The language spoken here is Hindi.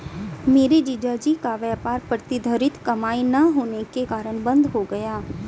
मेरे जीजा जी का व्यापार प्रतिधरित कमाई ना होने के कारण बंद हो गया